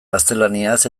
gaztelaniaz